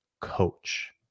coach